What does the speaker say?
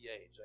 age